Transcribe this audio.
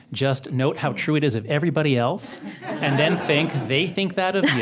just note how true it is of everybody else and then think, they think that of